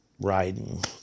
riding